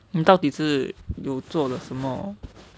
你到底是有做了什么